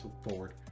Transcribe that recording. forward